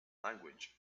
language